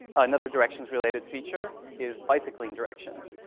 another directions-related feature is bicycling directions.